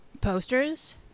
posters